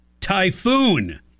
Typhoon